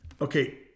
okay